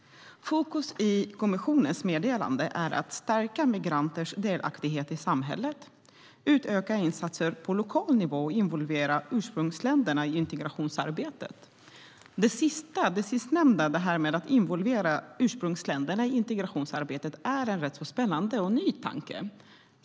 Fokus i kommissionens meddelande är att stärka migranters delaktighet i samhället, utöka insatser på lokal nivå och involvera ursprungsländerna i integrationsarbetet. Det sistnämnda, att involvera ursprungsländerna i integrationsarbetet, är en spännande och ny tanke.